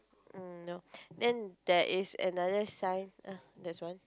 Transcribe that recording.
um no then there is another sign ah this one